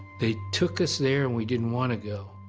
they took us there, and we didn't want to go,